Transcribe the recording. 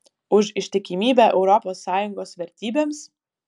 už ištikimybę europos sąjungos vertybėms